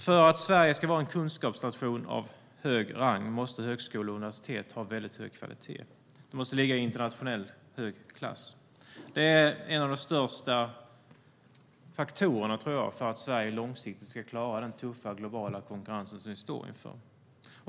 För att Sverige ska vara en kunskapsnation av hög rang måste högskolor och universitet ha mycket hög kvalitet. De måste ligga i en internationellt hög klass. Det tror jag är en av de viktigaste faktorerna för att Sverige långsiktigt ska klara den tuffa globala konkurrens som vi står inför.